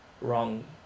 wrong